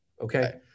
Okay